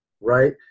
right